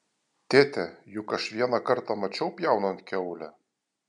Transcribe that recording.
tėte juk aš vieną kartą mačiau pjaunant kiaulę